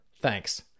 Thanks